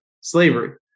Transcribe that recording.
slavery